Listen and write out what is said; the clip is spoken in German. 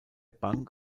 bank